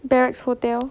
barracks hotel